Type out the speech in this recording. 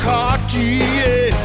Cartier